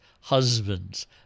husband's